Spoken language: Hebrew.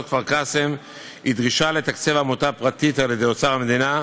כפר-קאסם היא דרישה לתקצב עמותה פרטית על-ידי אוצר המדינה.